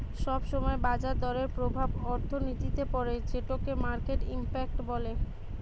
সব সময় বাজার দরের প্রভাব অর্থনীতিতে পড়ে যেটোকে মার্কেট ইমপ্যাক্ট বলে